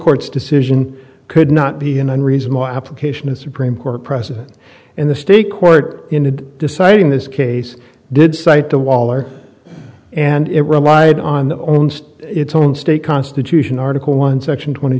court's decision could not be an unreasonable application of supreme court precedent in the state court ended deciding this case did cite the wall or and it relied on that owns its own state constitution article one section twenty